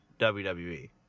WWE